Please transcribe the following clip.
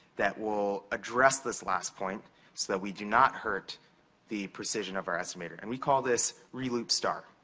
that will address this last point so that we do not hurt the precision of our estimator. and we call this reloop star.